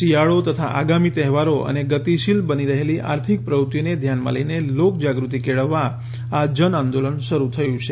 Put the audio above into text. શિયાળો તથા આગામી તહેવારો અને ગતિશીલ બની રહેલી આર્થિક પ્રવૃત્તિઓને ધ્યાનમાં લઈને લોકજાગૃતિ કેળવવા આ જનઆંદોલન શરૂ થયું છે